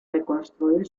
reconstruir